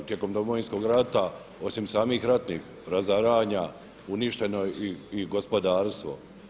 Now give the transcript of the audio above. Tijekom Domovinskog rata, osim samih ratnih razaranja, uništeno je i gospodarstvo.